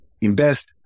invest